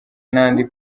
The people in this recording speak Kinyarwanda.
n’andi